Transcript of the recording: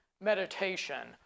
meditation